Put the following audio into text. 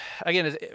again